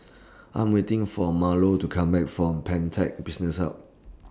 I'm waiting For Marlo to Come Back from Pantech Business Hub